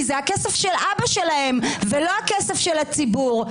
כי זה הכסף של אבא שלהם ולא הכסף של הציבור.